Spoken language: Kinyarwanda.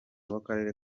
w’akarere